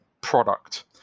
product